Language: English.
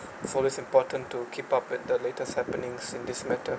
for this important to keep up with the latest happenings in this matter